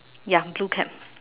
ya blue cap